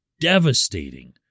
devastating